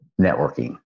networking